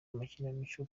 amakinamico